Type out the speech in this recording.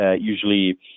usually